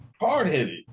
Hard-headed